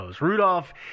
Rudolph